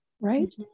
right